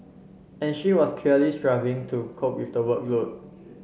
and she was clearly struggling to cope with the workload